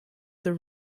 their